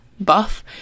buff